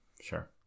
Sure